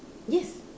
yes